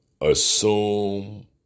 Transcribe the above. assume